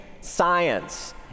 science